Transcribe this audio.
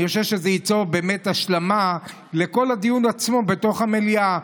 אני חושב שזה ייצור באמת השלמה לדיון עצמו בתוך המליאה,